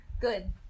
Good